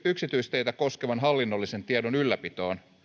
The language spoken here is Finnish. yksityisteitä koskevan hallinnollisen tiedon ylläpitoon